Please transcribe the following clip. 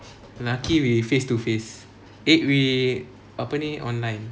lucky we face to face eh we apa ni online